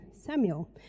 Samuel